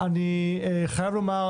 אני חייב לומר,